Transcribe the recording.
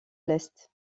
l’est